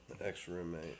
ex-roommate